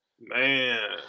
Man